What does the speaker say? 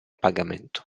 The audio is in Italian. pagamento